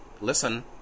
listen